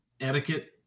etiquette